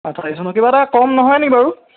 আঠাইছ ন কিবা এটা কম নহয়নি বাৰু